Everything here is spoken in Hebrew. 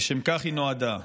לשם כך היא נועדה.